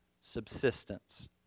Subsistence